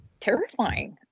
terrifying